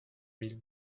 mille